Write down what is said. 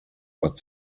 but